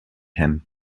him